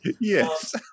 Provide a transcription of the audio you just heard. Yes